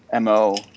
MO